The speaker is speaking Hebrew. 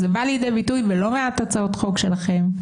זה בא לידי ביטוי בלא מעט הצעות חוק שמכינים.